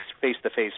face-to-face